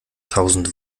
tausend